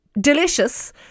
delicious